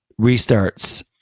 restarts